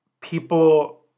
people